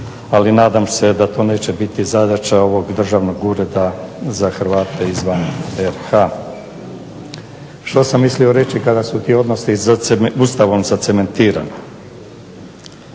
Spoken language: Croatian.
ali nadam da to neće biti zadaća ovog državnog ureda za Hrvate izvan RH. Što sam mislio reći kada su ti odnosi ustavom zacementirani?